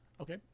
okay